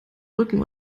rücken